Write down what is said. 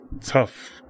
tough